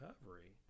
recovery